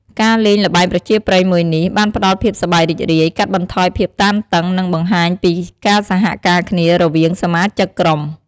ការលេងល្បែងប្រជាប្រិយមួយនេះ បានផ្ដល់ភាពសប្បាយរីករាយ កាត់បន្ថយភាពតានតឹង និងបានបង្ហាញពីការសហការគ្នារវាងសមាជិកក្រុម។